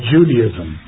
Judaism